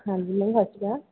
ਹਾਂਜੀ ਮੈਮ ਸਤਿ ਸ਼੍ਰੀ ਅਕਾਲ